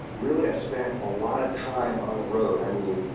really i spent a lot of time on the road. i mean,